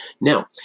Now